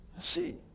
See